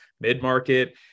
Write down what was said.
mid-market